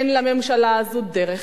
אין לממשלה הזו דרך,